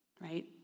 Right